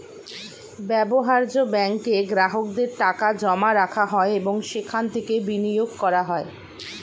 ব্যবহার্য ব্যাঙ্কে গ্রাহকদের টাকা জমা রাখা হয় এবং সেখান থেকে বিনিয়োগ করা হয়